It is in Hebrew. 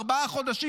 ארבעה חודשים,